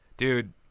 dude